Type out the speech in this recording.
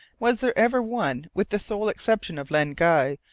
was there ever one, with the sole exception of len guy,